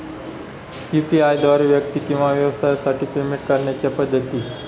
UPI द्वारे व्यक्ती किंवा व्यवसायांसाठी पेमेंट करण्याच्या पद्धती